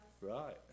Right